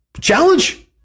challenge